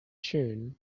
tune